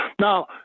Now